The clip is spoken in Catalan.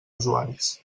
usuaris